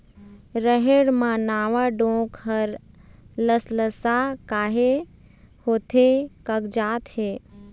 रहेड़ म नावा डोंक हर लसलसा काहे होथे कागजात हे?